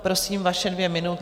Prosím, vaše dvě minuty.